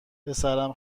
پسرم